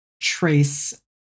trace